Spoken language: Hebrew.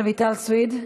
חברת הכנסת רויטל סויד.